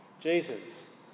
Jesus